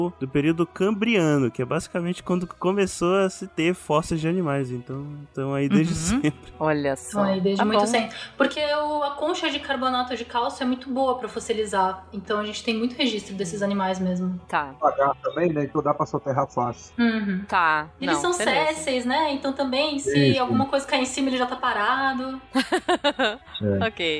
do período cambriano, que é basicamente quando começou a se ter fósseis de animais. Então, tão aí desde Uhum. sempre. Olha só. Tão aí desde Tá bom. muito sempre. Porque o- a concha de carbonato de cálcio é muito boa pra fossilizar. Então, a gente tem muito registro desses animais mesmo. Tá. Pagar também, né? Então dá pra soterrar fácil. Uhum. Tá. Eles Não, são beleza. sésseis, né? Então, também, se Isso. alguma coisa cair em cima, ele já tá parado. É. Ok.